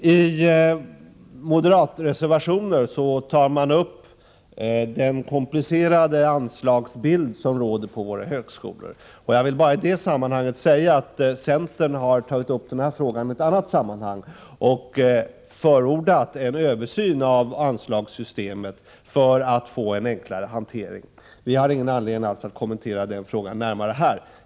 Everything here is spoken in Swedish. I moderatreservationer tar man upp den komplicerade anslagsbild som råder på våra högskolor. Centern har tagit upp denna fråga i ett annat sammanhang och förordat en översyn av anslagssystemet för att man skall få en enklare hantering. Vi har alltså ingen anledning att närmare kommentera den frågan här.